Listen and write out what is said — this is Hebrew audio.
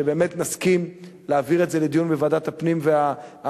שבאמת נסכים להעביר את זה לדיון בוועדת הפנים והסביבה.